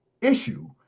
issue